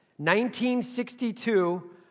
1962